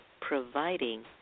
providing